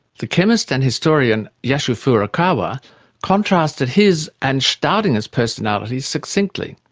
the chemist and historian yasu furukawa contrasted his and staudinger's personalities succinctly.